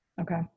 Okay